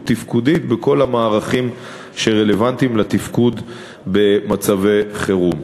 תפקודית בכל המערכים שרלוונטיים לתפקוד במצבי חירום.